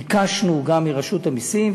ביקשנו גם מרשות המסים,